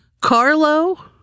Carlo